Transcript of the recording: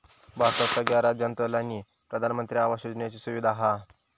भारतात सगळ्या राज्यांतल्यानी प्रधानमंत्री आवास योजनेची सुविधा हा